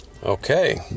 Okay